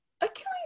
Achilles